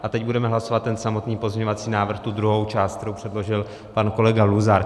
A teď budeme hlasovat ten samotný pozměňovací návrh, tu druhou část, kterou předložil pan kolega Luzar.